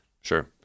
sure